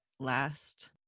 last